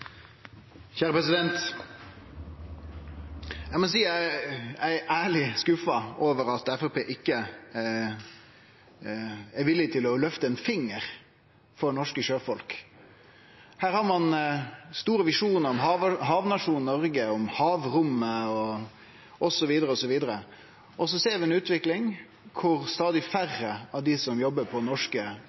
Danmark. Eg må ærleg seie eg er skuffa over at Framstegspartiet ikkje er villig til å løfte ein finger for norske sjøfolk. Her har ein store visjonar om havnasjonen Noreg, om havrommet osv., og så ser vi ei utvikling der stadig færre av dei som jobbar på norske